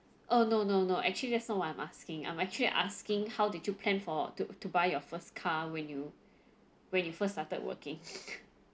uh no no no actually that's not what I'm asking I'm actually asking how did you plan for to to buy your first car when you when you first started working